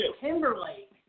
Timberlake